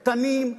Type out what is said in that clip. קטנים,